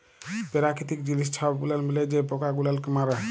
পেরাকিতিক জিলিস ছব গুলাল মিলায় যে পকা গুলালকে মারে